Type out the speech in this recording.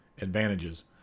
Advantages